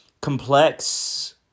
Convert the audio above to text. complex